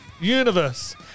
universe